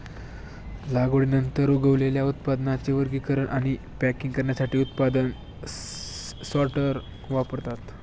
लागवडीनंतर उगवलेल्या उत्पादनांचे वर्गीकरण आणि पॅकिंग करण्यासाठी उत्पादन सॉर्टर वापरतात